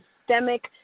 systemic